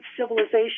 civilization